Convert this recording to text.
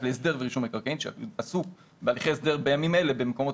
להסדר ורישום מקרקעין שעסוק בימים אלה במקומות